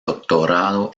doctorado